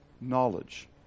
knowledge